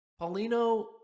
Paulino